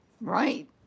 Right